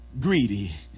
greedy